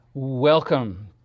Welcome